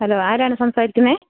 hello ആരാണ് സംസാരിക്കുന്നത്